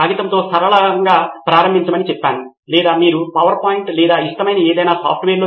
కాబట్టి నా ఉద్దేశ్యం మీరు ఒక వ్యవస్థను లేదా వ్యవస్థ నిర్మించబోతున్నట్లయితే నితిన్ కురియన్ యూజర్ మరియు ఎగ్జిట్ సిస్టమ్